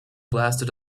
blasted